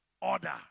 Order